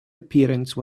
appearance